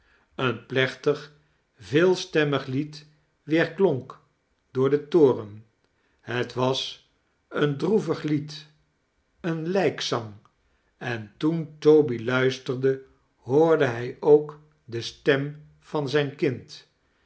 een plechtig veelstemmig lied weerklonk door den toren het was een droevig lied een lijkzang en toen toby luisterde hoorde hij ook de stem van zijn kind